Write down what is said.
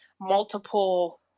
multiple